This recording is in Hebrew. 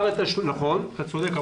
נכון, אתה צודק.